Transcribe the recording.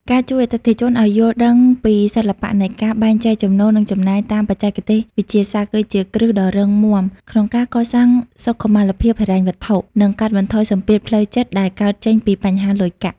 ការជួយអតិថិជនឱ្យយល់ដឹងពីសិល្បៈនៃការបែងចែកចំណូល និងចំណាយតាមបច្ចេកទេសវិទ្យាសាស្ត្រ គឺជាគ្រឹះដ៏រឹងមាំក្នុងការកសាងសុខុមាលភាពហិរញ្ញវត្ថុ និងកាត់បន្ថយសម្ពាធផ្លូវចិត្តដែលកើតចេញពីបញ្ហាលុយកាក់។